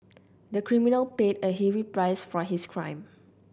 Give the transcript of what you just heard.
the criminal paid a heavy price for his crime